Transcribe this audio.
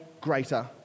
greater